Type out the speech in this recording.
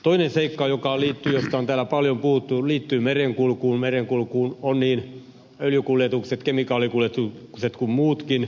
toinen seikka josta on täällä paljon puhuttu liittyen merenkulkuun on niin öljykuljetukset kemikaalikuljetukset kuin muutkin